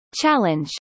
Challenge